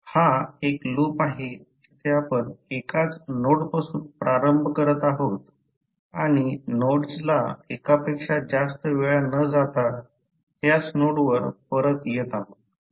हा एक लूप आहे जिथे आपण एकाच नोडपासून प्रारंभ करत आहोत आणि नोड्सला एकापेक्षा जास्त वेळा न जाता त्याच नोड वर परत येत आहोत